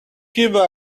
give